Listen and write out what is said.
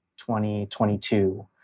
2022